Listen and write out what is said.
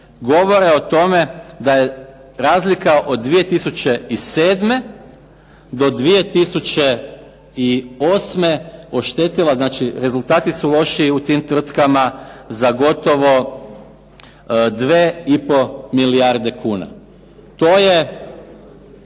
govore o tome da je razlika od 2007. do 2008. oštetila, znači rezultati su lošiji u tim tvrtkama za gotovo 2,5 milijarde kuna. To je